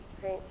Great